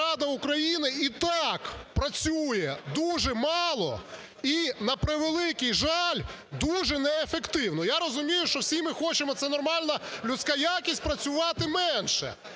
Рада України і так працює дуже мало і, на превеликий жаль, дуже неефективно. Я розумію, що всі ми хочемо, це нормальна людська якість, працювати менше.